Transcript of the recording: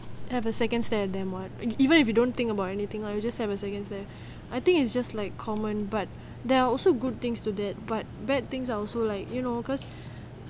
have a second stare at them [what] even if you don't think about anything lah you just have a second stare I think it's just like common but there are also good things to that but bad things are also like you know because